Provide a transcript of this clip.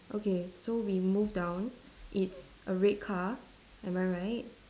okay so we moved down it's a red car am I right